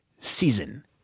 season